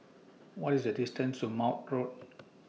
What IS The distance to Maude Road